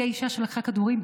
היא האישה שלקחה כדורים.